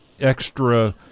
extra